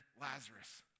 Lazarus